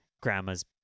grandma's